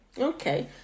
Okay